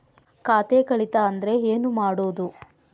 ಖಾತೆ ಕಳಿತ ಅಂದ್ರೆ ಏನು ಮಾಡೋದು?